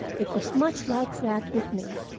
it was much like that with me,